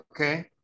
Okay